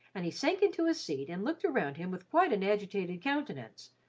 and he sank into a seat and looked around him with quite an agitated countenance,